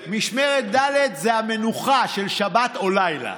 משמרת ג'; משמרת ד' זה המנוחה של שבת או לילה.